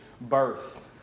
birth